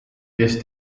kes